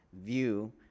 view